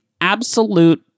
absolute